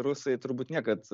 rusai turbūt niekad